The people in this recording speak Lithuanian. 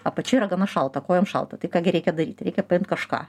apačioje yra gana šalta kojom šalta tai ką gi reikia daryti reikia kažką